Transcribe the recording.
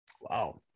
Wow